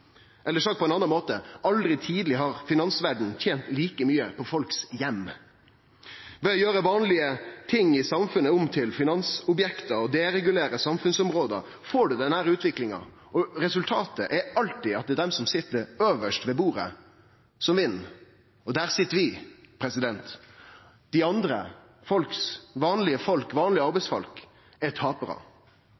eller sagt på ein annan måte: Aldri tidlegare har finansverda tent like mykje på heimane til folk. Ved å gjere vanlege ting i samfunnet om til finansobjekt og ved å deregulere samfunnsområde får ein denne utviklinga. Resultatet er alltid at det er dei som sit øvst ved bordet, som vinn. Og der sit vi. Dei andre, vanlege